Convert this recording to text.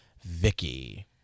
Vicky